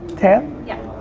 taya? yeah.